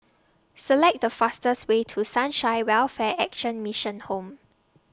Select The fastest Way to Sunshine Welfare Action Mission Home